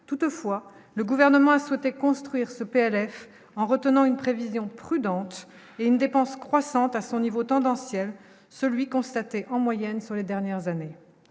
toutefois, le gouvernement a souhaité construire ce PLF en retenant une prévision prudente et une dépense croissante à son niveau tendanciel celui constaté en moyenne sur les dernières années,